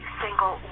single